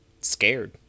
scared